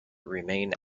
remain